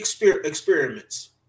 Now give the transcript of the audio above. experiments